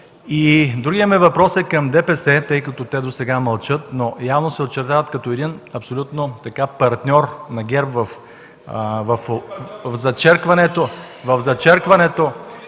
Дори имаме въпрос към ДПС, тъй като те досега мълчат, но явно се очертават абсолютно като партньор на ГЕРБ в зачеркването